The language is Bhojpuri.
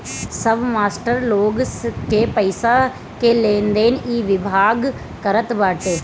सब मास्टर लोग के पईसा के लेनदेन इ विभाग करत बाटे